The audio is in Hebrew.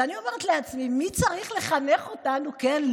ואני אומרת לעצמי: מי צריך לחנך אותנו כן,